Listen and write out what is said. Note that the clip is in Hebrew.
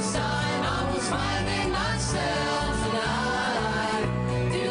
התגייסתי ובעצם גם בצבא חוויתי תחושה של